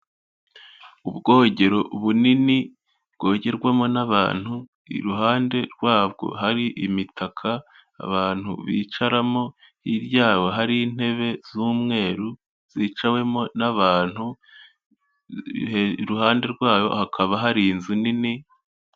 Ubwogero bunini bwogerwamo n’abantu iruhande rwabwo hari imitaka abantu bicaramo hirya yabo hari intebe z’umweru zicawemo n’abantu iruhande rwayo hakaba hari inzu nini.